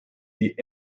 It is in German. die